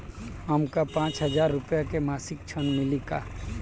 हमका पांच हज़ार रूपया के मासिक ऋण मिली का?